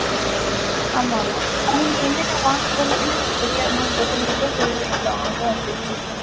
ம் ஆமாங்க நீங்கள் என்னென்ன வாங்கப்போகிறீங்கனு எனக்கு தெரியாது நான் ஒரு குத்துமதிப்பாக சொல்கிறேன் இவ்வளோ ஆகும் அப்படின்னு சொல்லி